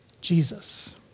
Jesus